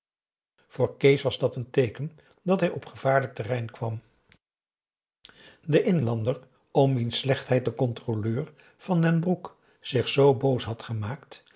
voor kees was dat een teeken dat hij op gevaarlijk terrein kwam de inlander om wiens slechtheid de controleur van den broek zich zoo boos had gemaakt